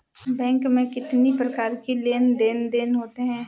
Bank में कितनी प्रकार के लेन देन देन होते हैं?